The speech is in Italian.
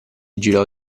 girò